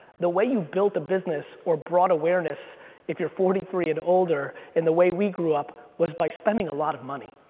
the way you built a business or brought awareness if you're forty three and older in the way we grew up was by spending a lot of money.